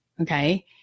okay